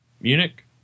Munich